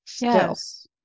Yes